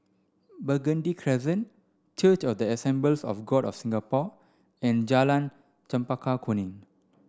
Burgundy Crescent Church of the Assemblies of God of Singapore and Jalan Chempaka Kuning